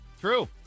true